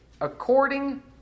according